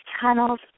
tunnels